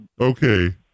Okay